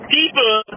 People